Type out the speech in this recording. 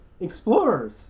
explorers